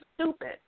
stupid